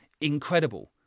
incredible